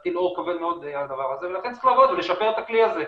מטיל אור כבר מאוד על הדבר הזה ולכן צריך לעבוד ולשפר את הכלי הזה,